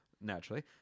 naturally